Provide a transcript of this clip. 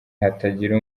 hatagira